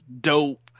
dope